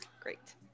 Great